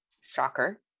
shocker